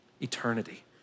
Eternity